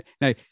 now